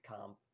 comp